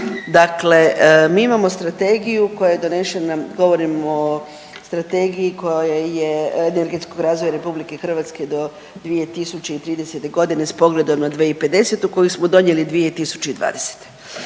Dakle mi imamo strategiju koja je donešena, govorim o Strategiji koja je, energetskog razvoja RH do 2030.g. s pogledom na 2050. koju smo donijeli 2020.,